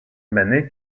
many